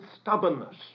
stubbornness